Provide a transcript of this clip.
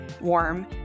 warm